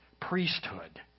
priesthood